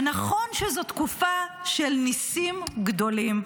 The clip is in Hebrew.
ונכון שזו תקופה של ניסים גדולים,